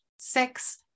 six